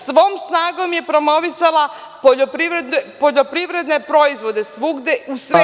Svom snagom je promovisala poljoprivredne proizvode, svugde u svetu.